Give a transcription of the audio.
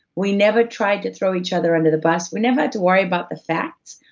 we never tried to throw each other under the bus. we never had to worry about the facts,